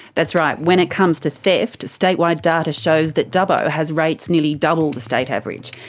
that's right. when it comes to theft, state-wide data shows that dubbo has rates nearly double the state average.